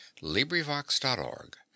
LibriVox.org